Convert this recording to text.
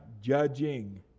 judging